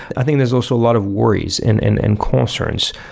i think there's also a lot of worries and and and concerns,